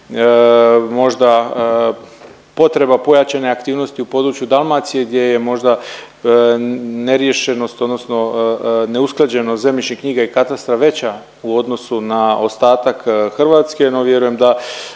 možda potreba pojačane aktivnosti u području Dalmacije gdje je možda neriješenost odnosno neusklađenost zemljišnih knjiga i katastra veća u odnosu na ostatak Hrvatske, no vjerujem da